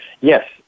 Yes